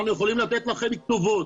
אנחנו יכולים לתת לכם כתובות,